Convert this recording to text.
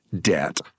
debt